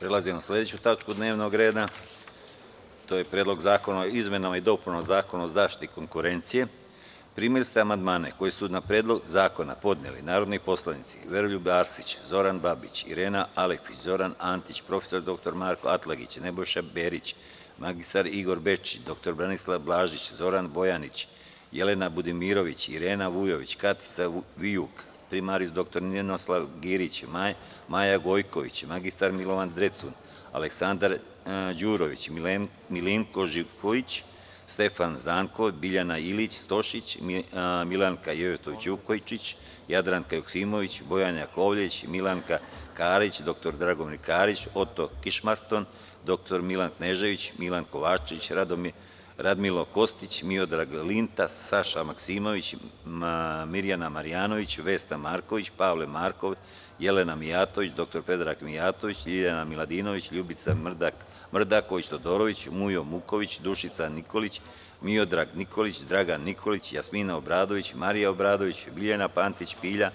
Prelazimo na sledeću tačku dnevnog reda -PREDLOG ZAKONA O IZMENAMA I DOPUNAMA ZAKONA O ZAŠTITI KONKURENCIJE Primili ste amandmane koje su na Predlog zakona podneli narodni poslanici Veroljub Arsić, Zoran Babić, Irena Aleksić, Zoran Antić, prof. dr Marko Atlagić, Nebojša Berić, mr Igor Bečić, dr Branislav Blažić, Zoran Bojanić, Jelena Budimirović, Irena Vujović, Katica Vijuk, prim. dr Ninoslav Girić, Maja Gojković, mr Milovan Drecun, Aleksandra Đurović, Milinko Živković, Stefan Zankov, Biljana Ilić Stošić, Milanka Jevtović Vukoičić, Jaddranka Joksimović, Bojan Jakovljević, Milanka Karić, dr Dragomir Karić, Oto Kišmarton, mr Milan Knežević, Milan Kovačević, Radmilo Kostić, Miodrag Linta, Saša Maksimović, Mirjana Marjanović, Vesna Marković, Pavle Markov, Jelena Mijatović, dr Predrag Mijatović, Ljiljana Miladinović, Ljubica Mrdaković Todorović, Mujo Muković, Dušica Nikolić, Miodrag Nikolić, Dragan Nikolić, Jasmina Obradović, Marija Obradović, Biljana Pantić Pilja,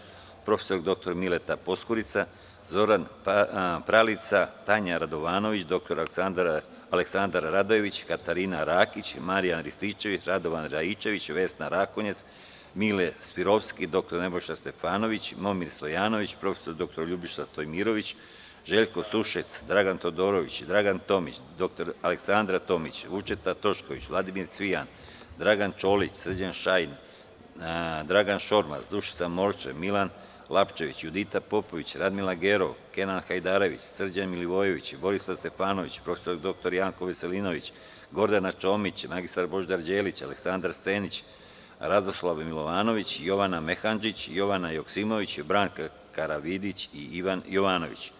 prof. dr Mileta Poskurica, Zorica Pralica, Tanja Radovanović, dr Aleksandar Radojević, Katarina Rakić, Marijan Rističević, Radovan Raičević, Vesna Rakonjac, Mile Spirovski, dr Nebojša Stefanović, Momir Stojanović, prof. dr Ljubiša Stojmirović, Željko Sušec, Dragan Todorović, Dragan Tomić, dr Aleksandra Tomić, Vučeta Tošković, Vladimir Cvijan, Dragan Čolić, Srđan Šajn, Dragan Šormaz, Dušica Morčev, Milan Lapčević, Judita Popović, Radmila Gerov, Kenan Hajdarević, Srđan Milivojević, Borislav Stefanović, prof. dr Janko Veselinović, Gordana Čomić, dr Božidar Đelić, Aleksandar Senić, Radoslav Milovanović, Jovana Mehandžić, Jovana Joksimović, Branka Karavidić i Ivan Jovanović.